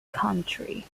country